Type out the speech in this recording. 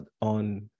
on